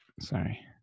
sorry